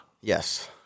Yes